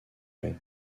mai